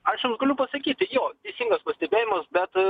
aš jums galiu pasakyti jo teisingas pastebėjimas bet